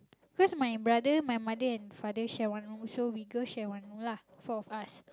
because my brother my mother and father share one room so we girl share one room lah four of us